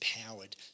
empowered